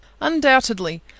Undoubtedly